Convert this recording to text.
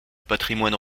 patrimoine